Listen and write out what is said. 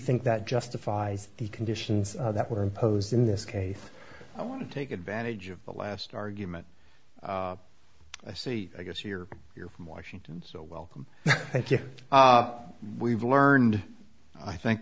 think that justifies the conditions that were imposed in this case i want to take advantage of the last argument i see i guess you're here from washington so welcome we've learned i think